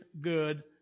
good